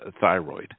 thyroid